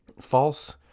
False